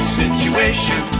situation